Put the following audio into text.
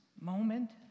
moment